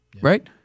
right